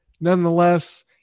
nonetheless